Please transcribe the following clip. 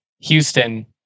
Houston